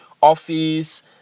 office